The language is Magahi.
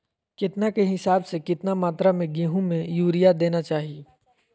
केतना के हिसाब से, कितना मात्रा में गेहूं में यूरिया देना चाही?